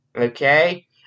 Okay